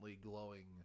glowing